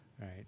right